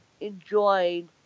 enjoyed –